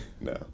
No